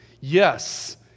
Yes